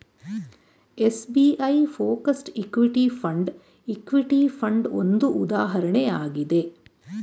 SBI focussed equity fund, equity fund ಒಂದು ಉದಾಹರಣೆ ಆಗಿದೆ